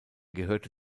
gehörte